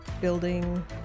building